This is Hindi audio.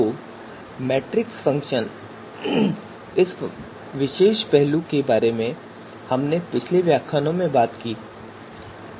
तो मैट्रिक्स फ़ंक्शन के इस विशेष पहलू के बारे में हमने पिछले व्याख्यानों में भी बात की है